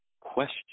question